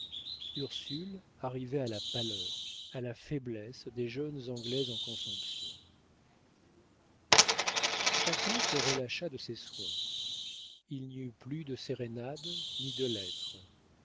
ursule arrivait à la pâleur à la faiblesse des jeunes anglaises en consomption chacun se relâcha de ses soins il n'y eut plus de sérénades ni de lettres